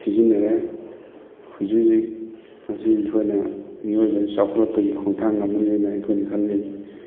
ꯁꯤꯖꯤꯟꯅꯔꯦ ꯍꯧꯖꯤꯛ ꯍꯧꯖꯤꯛ ꯉꯁꯤ ꯑꯩꯈꯣꯏꯅ ꯃꯤꯑꯣꯏꯕꯅ ꯆꯥꯎꯈꯠꯂꯛꯄꯒꯤ ꯈꯣꯡꯊꯥꯡꯅ ꯑꯃꯅꯤꯅ ꯑꯩꯈꯣꯏꯅ ꯈꯜꯂꯤ